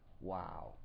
Wow